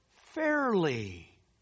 fairly